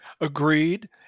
Agreed